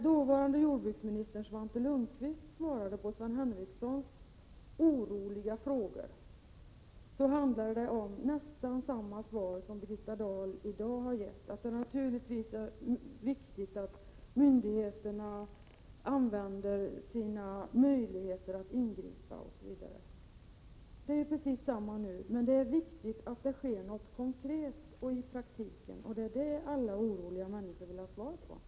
På Sven Henricssons oroliga frågor lämnade dåvarande jordbruksministern Svante Lundkvist nästan samma svar som Birgitta Dahl har givit: att det naturligtvis är viktigt att myndigheterna använder sina möjligheter att ingripa, osv. Men det är viktigt att det nu sker något konkret och i praktiken. Det är det alla oroliga människor vill ha besked om.